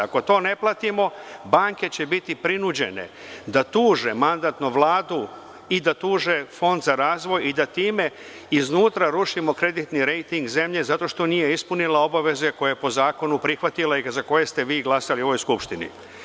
Ako to ne platimo, banke će biti prinuđene da tuže mandatnu Vladu i da tuže fond za razvoj i da time iznutra rušimo kreditni rejting zemlje zato što nije ispunila obaveze koje je po zakonu prihvatila i za koje ste vi glasali u ovoj skupštini.